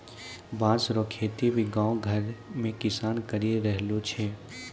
बाँस रो खेती भी गाँव घर मे किसान करि रहलो छै